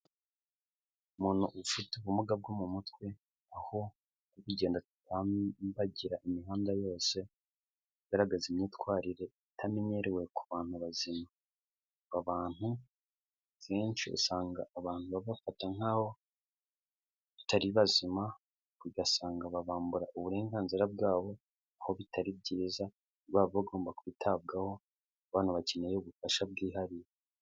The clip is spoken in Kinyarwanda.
muntu ufite ubumuga bwo mu mutwe, aho ari kugenda atambagira imihanda yose agaragaza imyitwarire itamenyerewe ku bantu bazima, aba bantu kenshi usanga abantu babafata nk'aho batari bazima ugasanga babambura uburenganzira bwabo aho bitari byiza baba bagomba kwitabwaho banabakeneye ubufasha bwihariye.